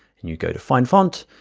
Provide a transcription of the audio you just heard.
and you go to find font.